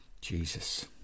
Jesus